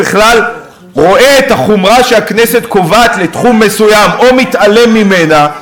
רואה את החומרה שהכנסת קובעת בתחום מסוים או מתעלם ממנה,